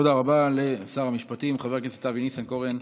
תודה רבה לשר המשפטים חבר הכנסת אבי ניסנקורן.